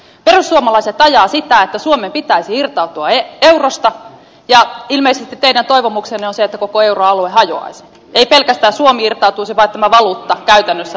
perussuomalaiset ajavat sitä että suomen pitäisi irtautua eurosta ja ilmeisesti teidän toivomuksenne on se että koko euroalue hajoaisi ei pelkästään suomi irtautuisi vaan tämä valuutta käytännössä loppuisi